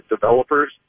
developers